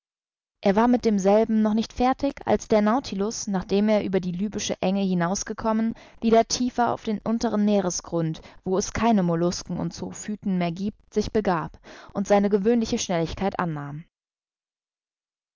er war mit demselben noch nicht fertig als der nautilus nachdem er über die lybische enge hinaus gekommen wieder tiefer auf den unteren meeresgrund wo es keine mollusken und zoophyten mehr giebt sich begab und seine gewöhnliche schnelligkeit annahm